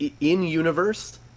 In-universe